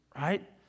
right